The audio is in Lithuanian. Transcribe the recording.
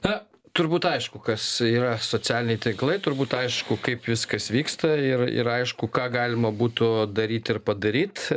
na turbūt aišku kas yra socialiniai tinklai turbūt aišku kaip viskas vyksta ir ir aišku ką galima būtų daryt ir padaryt